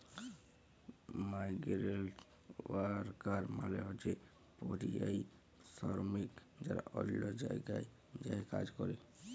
migrant worker মালে হছে পরিযায়ী শরমিক যারা অল্য জায়গায় যাঁয়ে কাজ ক্যরে